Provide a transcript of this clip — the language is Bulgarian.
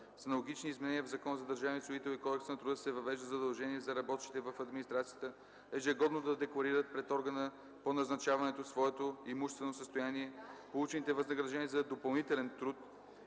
С аналогични изменения в Закона за държавния служител и Кодекса на труда се въвежда задължение за работещите в администрацията ежегодно да декларират пред органа по назначаването своето имуществено състояние, получените възнаграждения за допълнителен труд